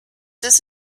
this